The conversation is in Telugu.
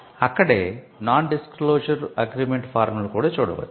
అక్కడే నాన్ డిస్క్లోసర్ అగ్రిమెంట్ ఫారం లను కూడా చూడవచ్చు